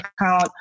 account